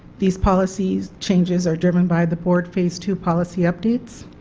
these policies changes are driven by the board phase two policy updates,